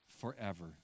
forever